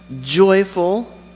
joyful